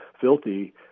filthy